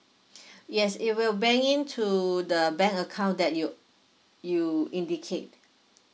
yes it will bank in to the bank account that you you indicate